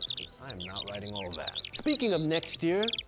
i'm not writing all of that, speaking of next year,